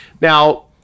Now